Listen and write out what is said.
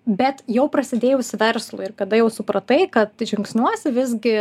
bet jau prasidėjus verslui ir kada jau supratai kad žingsniuosi visgi